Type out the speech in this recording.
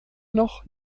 noch